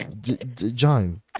John